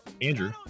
Andrew